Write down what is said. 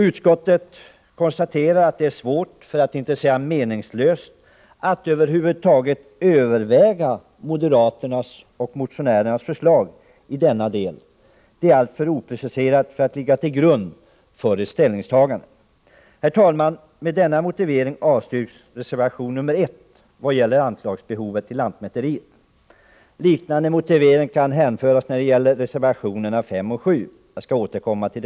Utskottet konstaterar att det är svårt, för att inte säga meningslöst, att över huvud taget överväga moderaternas motionsförslag i denna del. Det är alltför opreciserat för att ligga till grund för ett ställningstagande. Herr talman! Med denna motivering avstyrks reservation nr 1 vad gäller anslagsbehovet vid lantmäteriet. Liknande motivering kan anföras när det gäller reservationerna nr 5 och 7, som jag skall återkomma till.